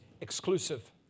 exclusive